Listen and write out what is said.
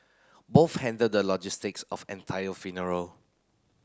both handled the logistics of entire funeral